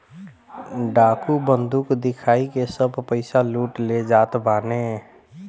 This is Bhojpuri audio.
डाकू बंदूक दिखाई के सब पईसा लूट ले जात बाने